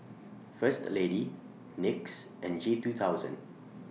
First Lady NYX and G two thousand